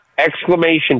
Exclamation